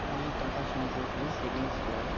আমি টাকা সঞ্চয় করি সেভিংস করে